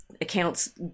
accounts